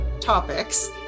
topics